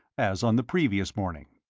as on the previous morning.